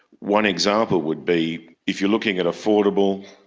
one example would be if you are looking at affordable,